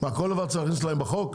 מה כל דבר צריך להכניס להם בחוק?